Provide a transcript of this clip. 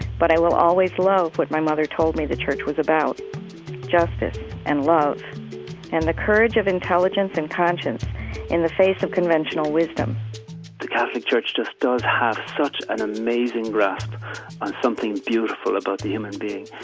but i will always love what my mother told me the church was about justice and love and the courage of intelligence and conscience in the face of conventional wisdom the catholic church just does have such an amazing grasp on something beautiful about the human being.